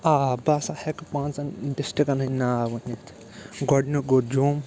آ بہٕ ہسا ہٮ۪کہٕ پانٛژن ڈسٹرکن ہٕنٛدۍ ناو ؤنِتھ گۄڈنیُک گوٚو جوم